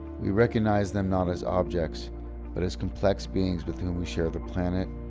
we recognise them not as objects but as complex beings with whom we share the planet,